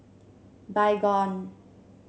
baygon